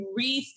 rethink